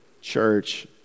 church